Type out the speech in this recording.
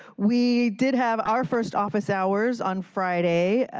we did have our first office hours on friday.